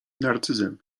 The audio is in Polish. narcyzem